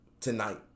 tonight